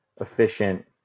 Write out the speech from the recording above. efficient